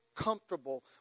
comfortable